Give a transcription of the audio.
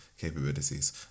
capabilities